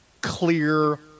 clear